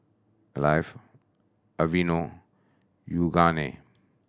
Alive Aveeno Yoogane